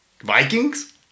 Vikings